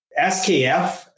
SKF